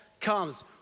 comes